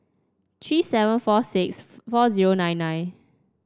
three seven four six four zero nine nine